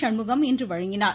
சண்முகம் இன்று வழங்கினார்